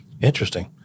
Interesting